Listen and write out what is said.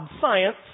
science